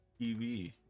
TV